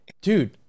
dude